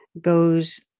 goes